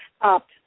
up